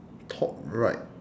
top right